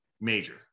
major